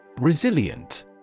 Resilient